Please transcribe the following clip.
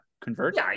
convert